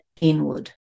inward